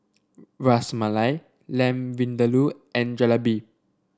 Ras Malai Lamb Vindaloo and Jalebi